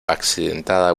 accidentada